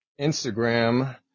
instagram